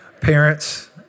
Parents